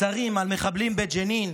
צרים על מחבלים בג'נין,